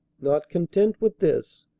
not content with this,